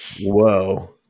Whoa